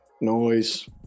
noise